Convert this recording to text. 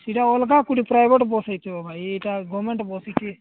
ସେଇଟା ଅଲଗା କୋଉଠି ପ୍ରାଇଭେଟ ବସ୍ ହୋଇଥିବ ଭାଇ ଏଇଟା ଗମେଣ୍ଟ ବସ୍